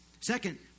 Second